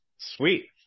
Sweet